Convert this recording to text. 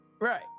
Right